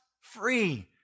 free